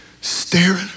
staring